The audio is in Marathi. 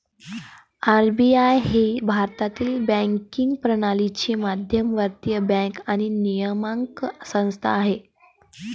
आर.बी.आय ही भारतीय बँकिंग प्रणालीची मध्यवर्ती बँक आणि नियामक संस्था आहे